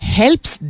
helps